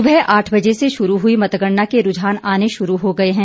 सुबह आठ बजे से शुरू हुई मतगणना के रूझान आने शुरू हो गए हैं